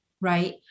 right